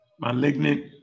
malignant